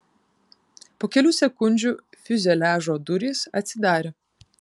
po kelių sekundžių fiuzeliažo durys atsidarė